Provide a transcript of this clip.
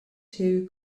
two